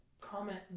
comment